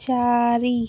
ଚାରି